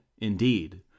indeed